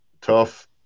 Tough